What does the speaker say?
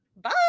Bye